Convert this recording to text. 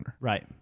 Right